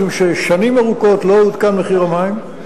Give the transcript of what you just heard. משום ששנים ארוכות לא עודכן מחיר המים.